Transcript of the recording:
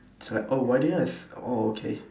it's like oh why didn't I th~ oh okay